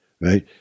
Right